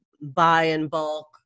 buy-in-bulk